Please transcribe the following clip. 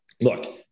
look